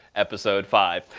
episode five.